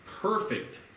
perfect